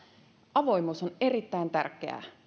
avoimuus on erittäin tärkeää